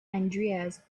andreas